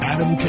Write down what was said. Adam